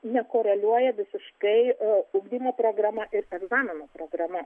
nekoreliuoja visiškai ugdymo programa ir egzamino programa